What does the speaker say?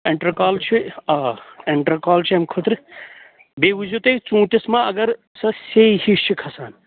intercall چھِ آ اینٹرکال چھُ اَمہِ خٲطرٕ بیٚیہِ وُچھِ زیٚو تُہۍ ژوٗنٛٹھِس ما اگر سۄ سیٚے ہِش چھِ کھسان